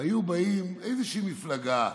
והיו באים מאיזושהי מפלגה,